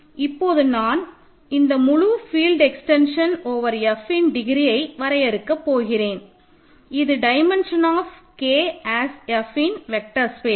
இப்போது நான் இந்த முழு ஃபீல்ட் எக்ஸ்டென்ஷன் ஓவர் Fஇன் டிகிரியை வரையறுக்க போகிறேன் இது டைமென்ஷன் ஆப் K எஸ் Fஇன் வெக்டர் ஸ்பேஸ்